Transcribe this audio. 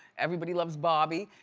everybody loves bobby,